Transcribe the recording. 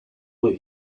were